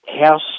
house